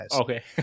okay